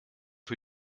für